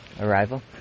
arrival